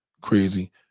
crazy